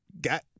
got